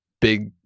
big